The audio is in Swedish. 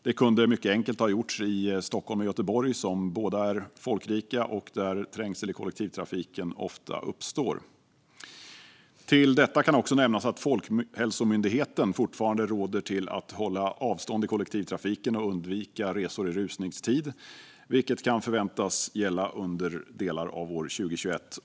Detta kunde mycket enkelt ha gjorts i Stockholm och Göteborg, som båda är folkrika och där trängsel i kollektivtrafiken ofta uppstår. Till detta kan också nämnas att Folkhälsomyndigheten fortfarande råder alla att hålla avstånd i kollektivtrafiken och undvika resor i rusningstid, vilket kan förväntas gälla under delar av år 2021.